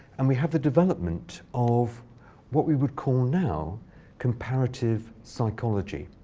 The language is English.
and we have the development of what we would call now comparative psychology.